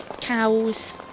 cows